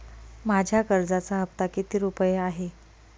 माझ्या कर्जाचा हफ्ता किती रुपये आहे?